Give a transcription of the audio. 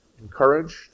encouraged